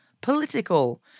political